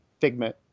figment